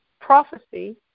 prophecy